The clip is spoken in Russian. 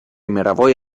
мировой